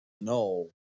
no